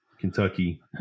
Kentucky